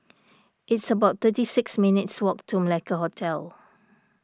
it's about thirty six minutes' walk to Malacca Hotel